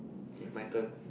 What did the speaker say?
kay my turn